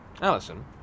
Alison